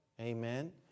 Amen